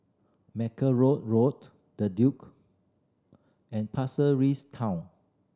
Mackerrow Road The Duke and Pasir Ris Town